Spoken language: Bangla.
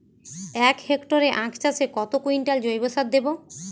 এক হেক্টরে আখ চাষে কত কুইন্টাল জৈবসার দেবো?